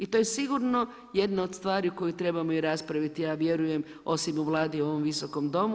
I to je sigurno jedna od stvari koju trebamo i raspraviti ja vjerujem osim u Vladi i u ovom Visokom domu.